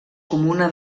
comuna